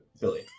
Billy